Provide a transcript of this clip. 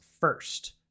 first